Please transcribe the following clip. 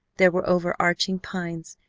there were over-arching pines,